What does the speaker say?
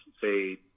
say